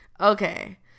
Okay